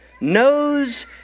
knows